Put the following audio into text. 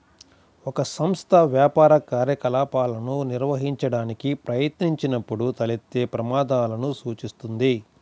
ఒక సంస్థ వ్యాపార కార్యకలాపాలను నిర్వహించడానికి ప్రయత్నించినప్పుడు తలెత్తే ప్రమాదాలను సూచిస్తుంది